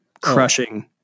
crushing